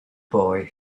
boy